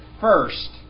first